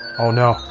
oh no,